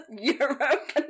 Europe